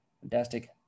Fantastic